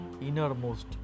innermost